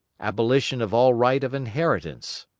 abolition of all right of inheritance.